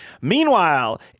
Meanwhile